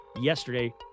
yesterday